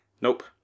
Nope